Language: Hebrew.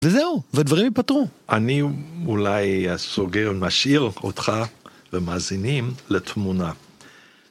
וזהו ודברים ייפטרו אני אולי סוגר משאיר אותך ומאזינים לתמונה.